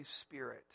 Spirit